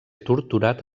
torturat